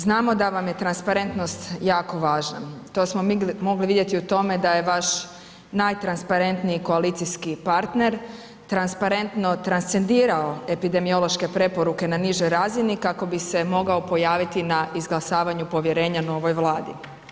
Znamo da vam je transparentnost jako važna, to smo mogli vidjeti u tome da je vaš najtransparentniji koalicijski partner transparentno transcendirao epidemiološke preporuke na nižoj razini kako bi se mogao pojaviti na izglasavanju povjerenja novoj Vladi.